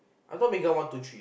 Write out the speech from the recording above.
I thought Megan one two three